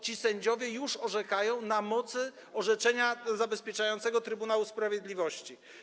Ci sędziowie już orzekają na mocy orzeczenia zabezpieczającego Trybunału Sprawiedliwości.